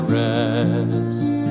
rest